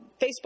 Facebook